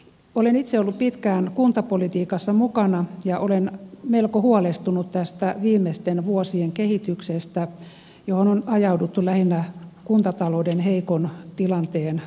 olen itse ollut pitkään kuntapolitiikassa mukana ja olen melko huolestunut tästä viimeisten vuosien kehityksestä johon on ajauduttu lähinnä kuntatalouden heikon tilanteen takia